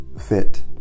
fit